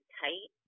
tight